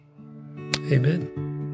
Amen